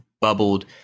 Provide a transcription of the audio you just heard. bubbled